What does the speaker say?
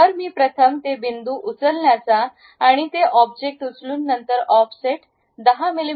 तर मी प्रथम ते बिंदू उचलण्याचा आहे ते ऑब्जेक्ट उचलून नंतर ऑफसेट 10 मि